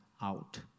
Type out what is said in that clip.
out